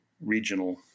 regional